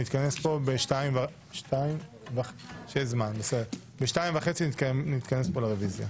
בשעה 14:30 נתכנס פה לרביזיה.